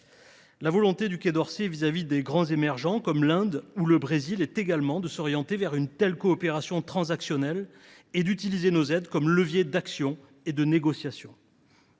La volonté du Quai d’Orsay, vis à vis des grands pays émergents, comme l’Inde ou le Brésil, est également de s’orienter vers une telle coopération transactionnelle et d’utiliser nos aides comme levier d’action et de négociation.